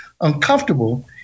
uncomfortable